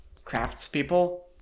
craftspeople